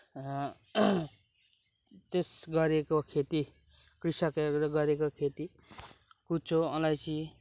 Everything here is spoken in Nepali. त्यस गरेको खेती कृषकहरूले गरेको खेती कुच्चो अलैँची